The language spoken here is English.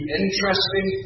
interesting